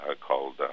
called